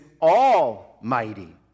almighty